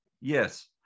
Yes